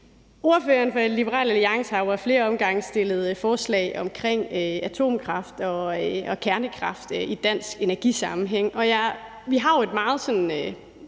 Ordføreren for Liberal Alliance har jo ad flere omgange stillet forslag om atomkraft og kernekraft i dansk energisammenhæng,